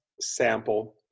sample